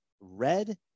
red